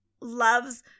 loves